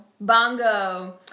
Bongo